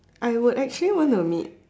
I would actually want to meet